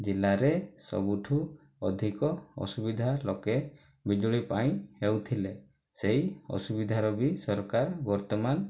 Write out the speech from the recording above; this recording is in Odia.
ଜିଲ୍ଲାରେ ସବୁଠାରୁ ଅଧିକ ଅସୁବିଧା ଲୋକେ ବିଜୁଳି ପାଇଁ ହେଉଥିଲେ ସେହି ଅସୁବିଧାର ବି ସରକାର ବର୍ତ୍ତମାନ